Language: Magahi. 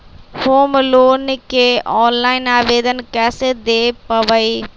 होम लोन के ऑनलाइन आवेदन कैसे दें पवई?